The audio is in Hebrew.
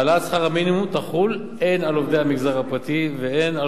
העלאת שכר המינימום תחול הן על עובדי המגזר הפרטי והן על